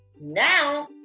Now